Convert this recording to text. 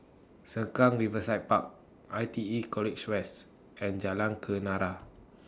Sengkang Riverside Park I T E College West and Jalan Kenarah